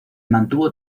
mantuvo